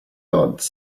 odds